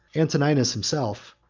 antoninus himself,